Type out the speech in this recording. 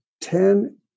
ten